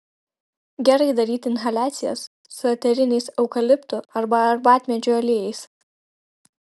gerai daryti inhaliacijas su eteriniais eukaliptų arba arbatmedžių aliejais